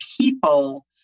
people